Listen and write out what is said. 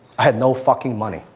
i had no fucking money.